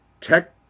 tech